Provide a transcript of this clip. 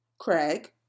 Craig